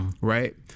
right